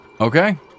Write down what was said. Okay